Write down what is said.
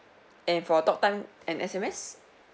and for talk time and S_M_S